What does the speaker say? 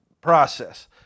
process